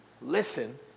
Listen